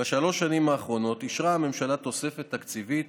בשלוש השנים האחרונות אישרה הממשלה תוספת תקציבית